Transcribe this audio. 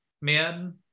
man